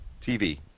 TV